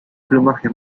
plumaje